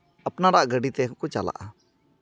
ᱟᱯᱱᱟᱨᱟᱜ ᱜᱟᱹᱰᱤ ᱛᱮ ᱦᱚᱸᱠᱚ ᱪᱟᱞᱟᱜᱼᱟ